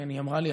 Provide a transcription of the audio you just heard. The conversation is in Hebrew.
כן, היא אמרה לי.